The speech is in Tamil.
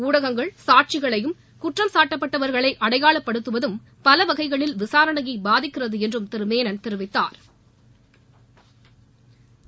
உடகங்கள் சாட்சிகளையும் குற்றம் சாட்டப்பட்டவர்களை அடையாளப்படுத்துவது பல வகைகளில் விசாரணையை பாதிக்கிறது என்றும் திரு மேணன் தெரிவித்தாா்